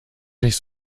nicht